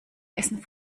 essen